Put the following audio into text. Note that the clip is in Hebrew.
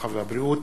הרווחה והבריאות,